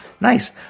nice